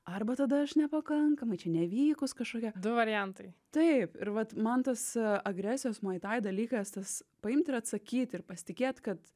arba tada aš nepakankamai čia nevykus kažkokia du variantai taip ir vat man tas agresijos moi tai dalykas tas paimt ir atsakyt ir pasitikėt kad